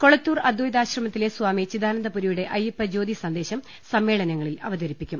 കൊളത്തൂർ അദ്വൈതാശ്രമത്തിലെ സ്വാമി ചിദാനന്ദപുരിയുടെ അയ്യപ്പജ്യോതി സന്ദേശം സമ്മേളനങ്ങളിൽ അവതരിപ്പിക്കും